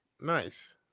Nice